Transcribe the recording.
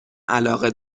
علاقه